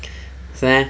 是 meh